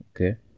Okay